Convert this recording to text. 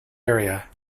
area